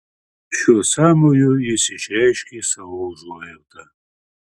šiuo sąmoju jis išreiškė savo užuojautą